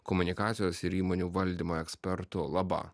komunikacijos ir įmonių valdymo ekspertu laba